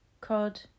Cod